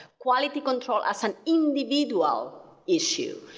quality control as an individual issue.